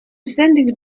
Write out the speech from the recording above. sending